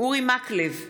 אורי מקלב,